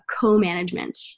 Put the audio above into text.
co-management